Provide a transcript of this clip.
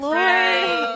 Lord